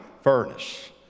furnace